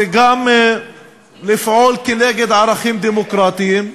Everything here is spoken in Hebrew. זה גם לפעול כנגד ערכים דמוקרטיים,